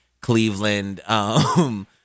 Cleveland